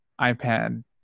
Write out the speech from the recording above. iPad